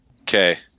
Okay